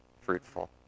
fruitful